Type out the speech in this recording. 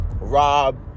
Rob